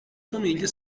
famiglia